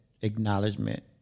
acknowledgement